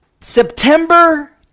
September